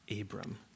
Abram